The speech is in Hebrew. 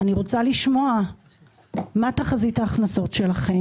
אני רוצה לשמוע מה תחזית ההכנסות שלכם,